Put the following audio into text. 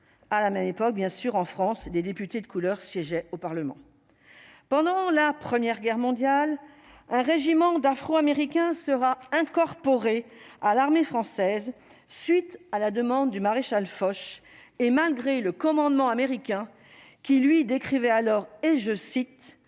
à la même époque, bien sûr, en France, des députés de couleur siégeait au Parlement pendant la Première Guerre mondiale, un régiment d'afro-Américains sera incorporé à l'armée française, suite à la demande du Maréchal Foch et malgré le commandement américain qui lui décrivait alors, et je cite